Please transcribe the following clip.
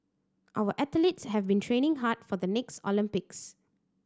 our athletes have been training hard for the next Olympics